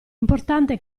importante